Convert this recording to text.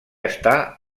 està